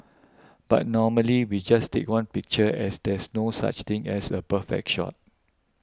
but normally we just take one picture as there's no such thing as a perfect shot